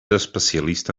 especialista